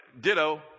Ditto